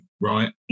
right